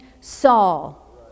Saul